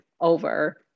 over